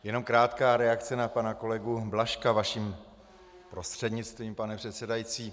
Jenom krátká reakce na pana kolegu Blažka vaším prostřednictvím, pane předsedající.